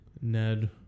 Ned